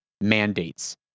mandates